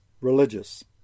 religious